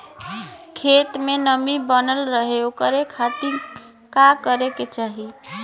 खेत में नमी बनल रहे ओकरे खाती का करे के चाही?